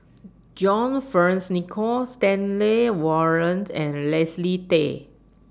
John Fearns Nicoll Stanley Warren and Leslie Tay